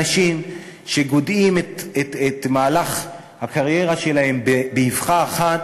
אנשים שגודעים את מהלך הקריירה שלהם באבחה אחת.